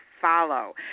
Follow